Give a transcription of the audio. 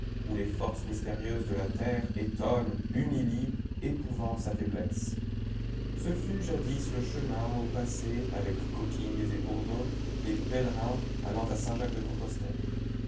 où les forces mystérieuses de la terre étonnent humilient épouvantent sa faiblesse ce fut jadis le chemin où passaient avec coquilles et bourdons les pèlerins allant à saint jacques de compostelle